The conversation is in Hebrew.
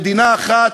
מדינה אחת,